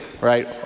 right